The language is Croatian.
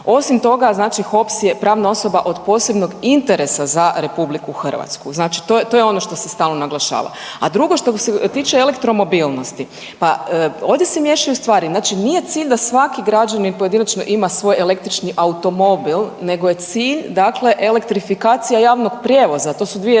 Osim toga, znači HOPS je pravna osoba od posebnog interesa za RH. Znači to je ono što se stalno naglašava. A drugo što se tiče eletromobilnost, pa ovdje se miješaju stvari. Znači nije cilj da svaki građanin pojedinačno ima svoj električni automobil, nego je cilj, dakle, elektrifikacija javnog prijevoza, to su dvije